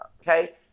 Okay